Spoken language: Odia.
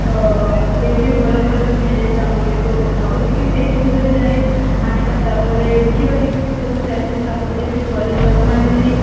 ତ ସେହିଠି ଭଲ ଭଲ ମିଳେ ସାମଗ୍ରୀ ତ ଭାବୁଛି କି ସେହିଠିକି ଥରେ ଯାଇ ଆଣିବା ତାପରେ ଦେଖିବା କେମିତି ସବୁ ଚାଲିଛି ସାମଗ୍ରୀ ଯଦି ଭଲରେ ଲୋକମାନେ ଯଦି